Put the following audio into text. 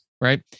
right